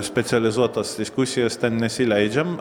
specializuotas diskusijas ten nesileidžiam